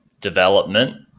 development